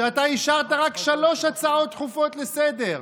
שאתה אישרת רק שלוש הצעות דחופות לסדר-היום.